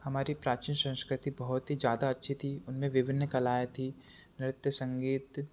हमारी प्राचीन संस्कृति बहुत ही ज्यादा अच्छी थी उनमें विभिन्न कलाएँ थी नृत्य संगीत